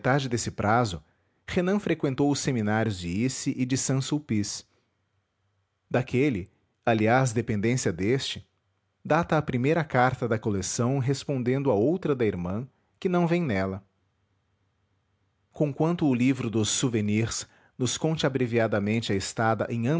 metade desse prazo renan freqüentou os seminários de issy e de saint sulpice daquele aliás dependência deste data a primeira carta da coleção respondendo a outra da irmã que não vem nela conquanto o livro dos souvenirs nos conte abreviadamente a estada em